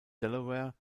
delaware